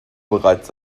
bereits